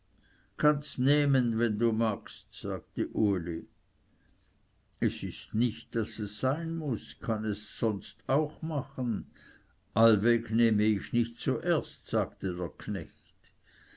kannst nehmen wenn du magst sagte uli es ist nicht daß es sein muß kann es sonst auch machen allweg nehme ich nicht zuerst sagte der knecht